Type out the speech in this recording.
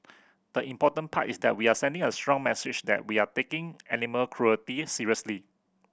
the important part is that we are sending a strong message that we are taking animal cruelty seriously